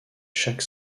chaque